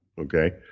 okay